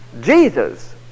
Jesus